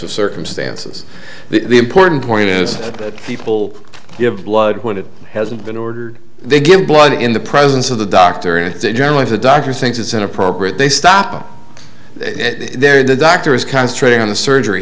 of circumstances the important point is that people give blood when it hasn't been ordered they give blood in the presence of the doctor and generally the doctor thinks it's inappropriate they stop it there the doctor is concentrating on the surgery